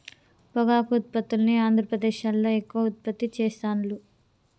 పొగాకు ఉత్పత్తుల్ని ఆంద్రప్రదేశ్లో ఎక్కువ ఉత్పత్తి చెస్తాండ్లు